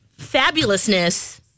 fabulousness